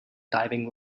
diving